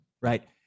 right